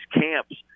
camps